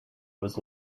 was